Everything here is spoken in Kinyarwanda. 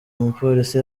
mupolisi